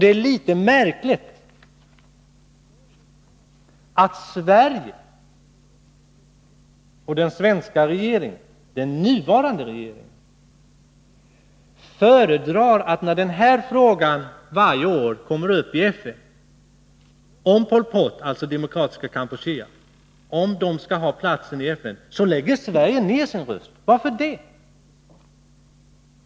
Det är litet märkligt att Sverige och den nuvarande svenska regeringen, när frågan om Pol Pot — dvs. Demokratiska Kampuchea — skall ha platsen i FN varje år kommer upp, lägger ner sin röst. Varför det?